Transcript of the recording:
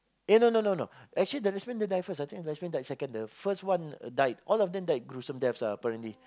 eh no no no no actually the lesbian didn't die first I think the lesbian died second the first one died all of them died gruesomely deaths ah apparently